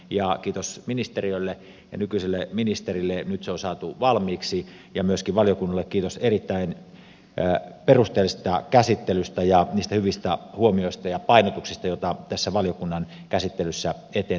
ja kiitos ministeriölle ja nykyiselle ministerille nyt se on saatu valmiiksi ja myöskin valiokunnalle kiitos erittäin perusteellisesta käsittelystä ja niistä hyvistä huomioista ja painotuksista joita tässä valiokunnan käsittelyssä eteen tuli